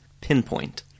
Pinpoint